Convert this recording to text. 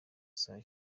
saa